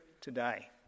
today